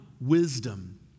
wisdom